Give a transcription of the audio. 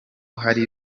hari